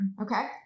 okay